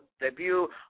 debut